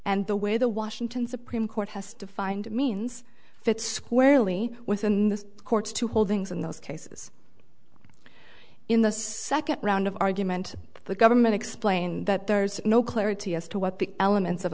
and the way the washington supreme court has defined means that squarely within this court to holdings in those cases in the second round of argument the government explained that there's no clarity as to what the elements of